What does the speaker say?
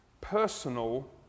personal